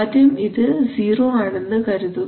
ആദ്യം ഇത് 0 ആണെന്ന് കരുതുക